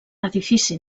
edifici